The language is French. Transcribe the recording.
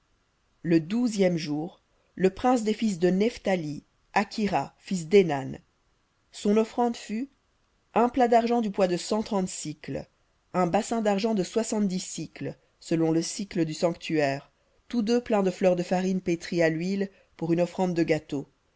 le douzième jour le prince des fils de nephthali akhira fils dénan son offrande fut un plat d'argent du poids de cent trente un bassin d'argent de soixante-dix sicles selon le sicle du sanctuaire tous deux pleins de fleur de farine pétrie à l'huile pour une offrande de gâteau